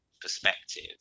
perspective